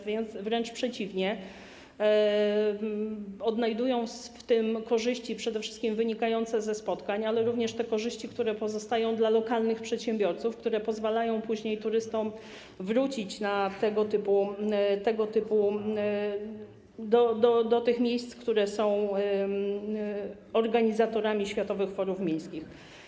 Wręcz przeciwnie, odnajdują w tym korzyści, przede wszystkim wynikające ze spotkań, ale również te korzyści, które pozostają dla lokalnych przedsiębiorców, które pozwalają później turystom wrócić do tych miejsc, które są organizatorami światowych forów miejskich.